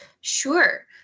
Sure